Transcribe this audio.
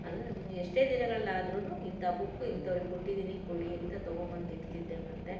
ಎಷ್ಟೇ ದಿನಗಳಲ್ಲಾದರೂನು ಇಂತಹ ಬುಕ್ ಇಂಥವ್ರಿಗೆ ಕೊಟ್ಟಿದ್ದೀನಿ ಕೊಡಿ ಅಂತ ತಗೊಂಬಂದು ಇಡ್ತಿದ್ದೆ ಮತ್ತೆ